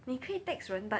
你可以 text 人 but